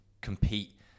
compete